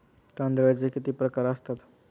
तांदळाचे किती प्रकार असतात?